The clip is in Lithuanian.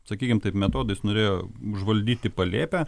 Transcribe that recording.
sakykim taip metodais norėjo užvaldyti palėpę